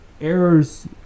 errors